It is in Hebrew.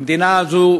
המדינה הזאת,